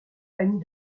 annie